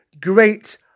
great